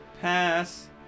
Pass